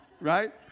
right